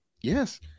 Yes